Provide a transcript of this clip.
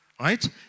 right